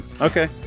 okay